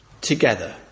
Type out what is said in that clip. together